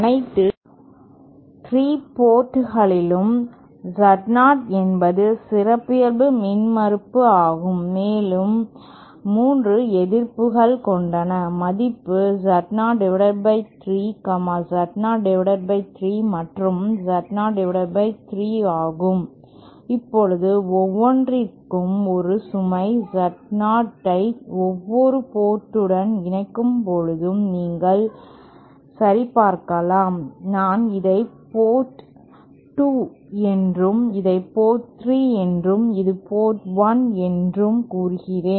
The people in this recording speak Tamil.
அனைத்து 3 போர்ட்களிலும் Z0 என்பது சிறப்பியல்பு மின்மறுப்பு ஆகும் மேலும் 3 எதிர்ப்புகள் கொண்ட மதிப்பு Z03 Z03 மற்றும் Z03 ஆகும் இப்போது ஒவ்வொன்றிற்கும் ஒரு சுமை Z0 ஐ ஒவ்வொரு போர்டுடன் இணைக்கும் பொழுது நீங்கள் சரிபார்க்கலாம் நான் இதை போர்ட் 2 என்றும் இதை போர்ட் 3 என்றும் இது போர்ட் 1 என்றும் கூறுகிறேன்